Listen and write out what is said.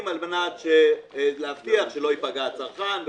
על מנת להבטיח שלא ייפגע הצרכן וכו',